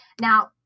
now